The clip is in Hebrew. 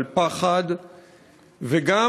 על פחד,